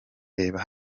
reba